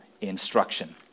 instruction